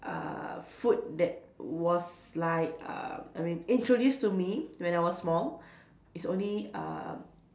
uh food that was like uh I mean introduce to me when I was small is only uh